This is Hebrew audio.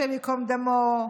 השם ייקום דמו,